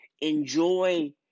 enjoy